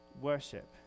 worship